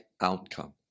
outcome